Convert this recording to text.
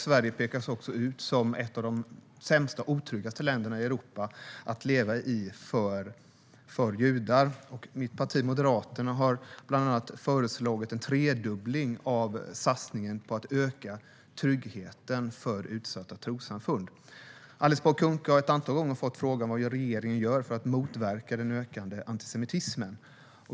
Sverige pekas också ut som ett av de sämsta och otryggaste länderna i Europa att leva i för judar. Mitt parti, Moderaterna, har bland annat föreslagit en tredubbling av satsningen på att öka tryggheten för utsatta trossamfund. Alice Bah Kuhnke har ett antal gånger fått frågan vad regeringen gör för att motverka den ökande antisemitismen.